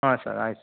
ಹಾಂ ಸರ್ ಆಯ್ತು ಸರ್